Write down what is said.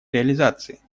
реализации